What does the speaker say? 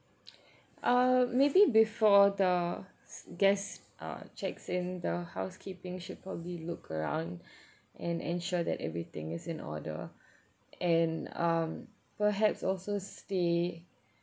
uh maybe before the guests uh checks in the housekeeping should probably look around and ensure that everything is in order and um perhaps also stay